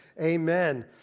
Amen